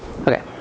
Okay